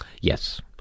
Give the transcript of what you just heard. Yes